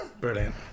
Brilliant